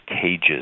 cages